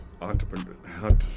Entrepreneur